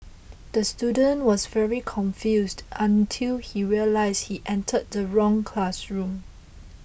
the student was very confused until he realised he entered the wrong classroom